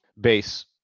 base